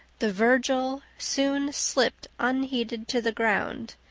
the virgil soon slipped unheeded to the ground,